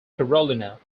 carolina